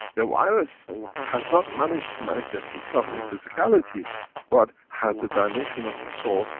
the virus has not managed to manifest itself in physicality but has a dimension of the soul,